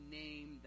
name